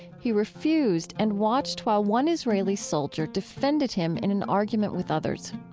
he refused and watched while one israeli soldier defended him in an argument with others.